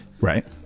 right